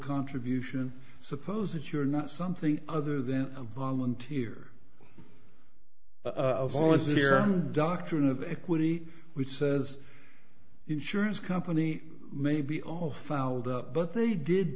contribution suppose that you're not something other than a volunteer volunteer doctrine of equity which says insurance company may be all fouled up but they did